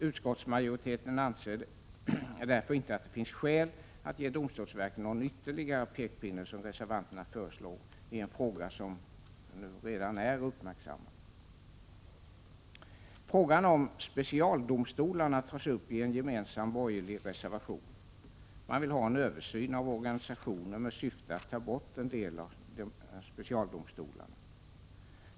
Utskottsmajoriteten anser därför inte att det finns skäl att ge domstolsverket någon ytterligare pekpinne, som reservanterna föreslår, i en fråga som redan är uppmärksammad. Frågan om specialdomstolarna tas upp i en gemensam borgerlig reservation. Man vill ha en översyn av organisationen med syfte att ta bort en del av specialdomstolarna.